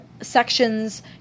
sections